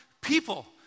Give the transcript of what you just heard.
people